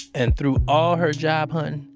and through all her job hunting,